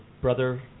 brother